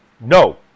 no